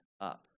up